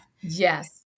Yes